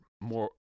more